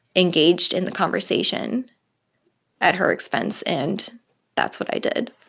engaged in the conversation at her expense. and that's what i did.